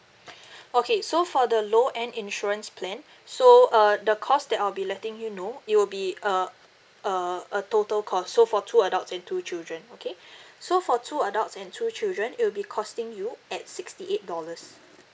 okay so for the low end insurance plan so uh the cost that I'll be letting you know it'll be a a a total cost so for two adults and two children okay so for two adults and two children it'll be costing you at sixty eight dollars